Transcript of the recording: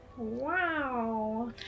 Wow